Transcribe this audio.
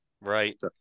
right